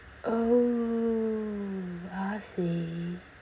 oh I see